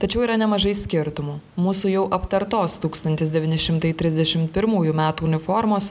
tačiau yra nemažai skirtumų mūsų jau aptartos tūkstantis devyni šimtai trisdešim pirmųjų metų uniformos